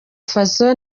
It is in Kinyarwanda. fazzo